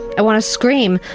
i want to scream,